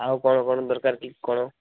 ଆଉ କଣ କଣ ଦରକାର କି କଣ